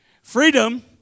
Freedom